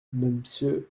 mmonsieur